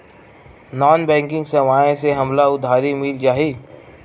Non banking सेवाएं से हमला उधारी मिल जाहि?